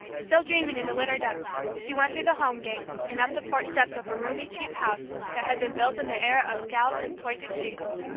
still dreaming in the winter dark, she went through the home gate, and up the porch steps of a roomy, cheap house that had been built in the era of scalloped and pointed shingles,